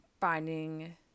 finding